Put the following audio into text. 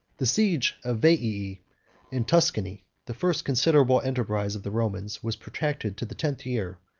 the siege of veii in tuscany, the first considerable enterprise of the romans, was protracted to the tenth year,